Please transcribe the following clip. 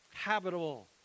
habitable